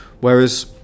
whereas